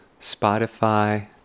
Spotify